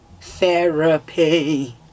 Therapy